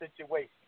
situation